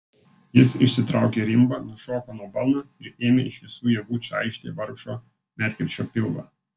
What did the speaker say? jis išsitraukė rimbą nušoko nuo balno ir ėmė iš visų jėgų čaižyti vargšo medkirčio pilvą